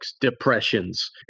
depressions